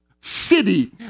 city